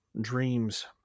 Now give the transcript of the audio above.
dreams